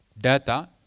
data